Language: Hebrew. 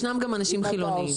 ישנם גם אנשים חילוניים.